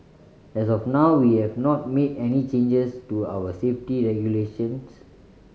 as of now we have not made any changes to our safety regulations